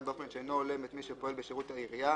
באופן שאינו הולם את מי שפועל בשירות העירייה